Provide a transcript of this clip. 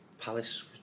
Palace